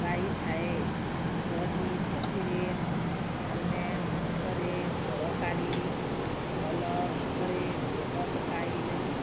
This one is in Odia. ଲଗାଇଥାଏ ଯଦି ସେଥିରେ ଆମେ ମାଂସରେ ତରକାରୀ ଭଲ ଭାବରେ ତେଲ ପକାଇଲେ